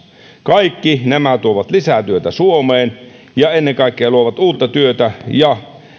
kaikki nämä tuovat lisää työtä suomeen ja ennen kaikkea luovat uutta työtä ja